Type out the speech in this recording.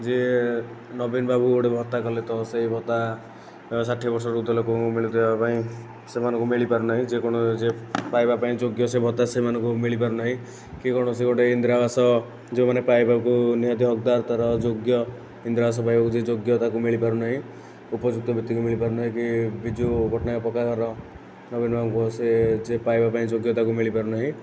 ଯିଏ ନବୀନ ବାବୁ ଗୋଟେ ଭତ୍ତା କଲେ ତ ସେଇ ଭତ୍ତା ଷାଠିଏ ବର୍ଷରୁ ଉର୍ଦ୍ଧ୍ୱ ଲୋକଙ୍କୁ ମିଳୁଥିବା ପାଇଁ ସେମାନଙ୍କୁ ମିଳିପାରୁ ନାହିଁ ଯେ ଯେ ପାଇବା ପାଇଁ ଯୋଗ୍ୟ ସେ ଭତ୍ତା ସେମାନଙ୍କୁ ମିଳିପାରୁ ନାହିଁ କିଏ କଣ ସେ ଗୋଟିଏ ଇନ୍ଦିରା ଆବାସ ଯେଉଁ ମାନେ ପାଇବାକୁ ନିହାତି ହକଦାର ତାହାର ଯୋଗ୍ୟ ଇନ୍ଦିରା ଆବାସ ପାଇବାକୁ ଯିଏ ଯୋଗ୍ୟ ତାକୁ ମିଳିପାରୁ ନାହିଁ ଉପଯୁକ୍ତ ବ୍ୟକ୍ତିଙ୍କୁ ମିଳିପାରୁ ନାହିଁ କି ବିଜୁ ପଟ୍ଟନାୟକ ପକ୍କାଘର ନବୀନ ବାବୁଙ୍କ ସେ ଯେ ପାଇବା ପାଇଁ ଯୋଗ୍ୟ ତାକୁ ମିଳିପାରୁ ନାହିଁ